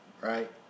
Right